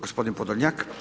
Gospodin Podolnjak.